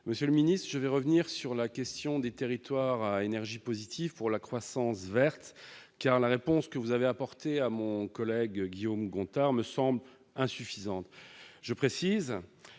Monsieur le ministre, je reviens sur la question des territoires à énergie positive pour la croissance verte, car la réponse que vous avez apportée à mon collègue Guillaume Gontard me semble insuffisante. Vous